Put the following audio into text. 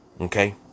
Okay